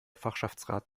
fachschaftsrat